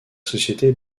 société